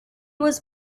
was